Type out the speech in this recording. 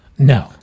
no